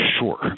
Sure